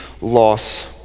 loss